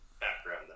background